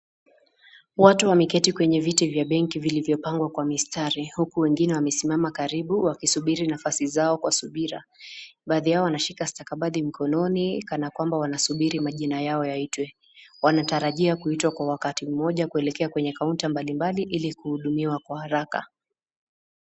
Watu wameketi kwenye viti vya benki vilivyopangwa kwa mistari, huku wengine wamesimama karibu wakisubiri nafasi zao kwa subira. Baadhi yao wanashika stakabadhi mkononi kana kwamba wanasubiri majina yao yaitwe. Wanatarajia kuitwa kwa wakati moja kuelekea kwenye kaunta mbali mbali ili kuhudumiwa kwa haraka.